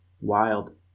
wild